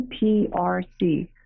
NPRC